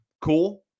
Cool